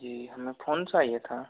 जी हमें फ़ोन चाहिए था